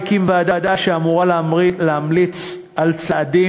הקים ועדה שאמורה להמליץ על צעדים,